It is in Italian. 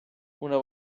una